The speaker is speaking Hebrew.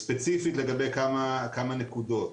ספציפית לגבי כמה נקודות: